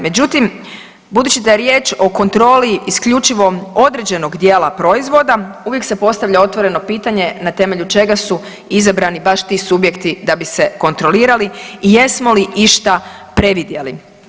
Međutim, budući da je riječ o kontroli isključivo određenog dijela proizvoda uvijek se postavlja otvoreno pitanje na temelju čega su izabrani baš ti subjekti da bi se kontrolirali i jesmo li išta previdjeli?